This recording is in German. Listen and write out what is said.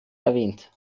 erwähnt